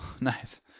Nice